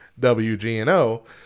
WGNO